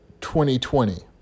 2020